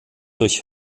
durch